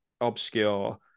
obscure